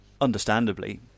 understandably